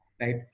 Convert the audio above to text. right